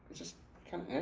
just kinda and